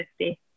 50